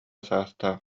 саастаах